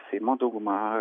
seimo dauguma